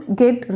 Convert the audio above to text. get